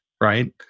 right